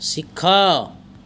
ଶିଖ